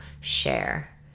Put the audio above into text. share